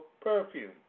perfume